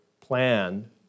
plan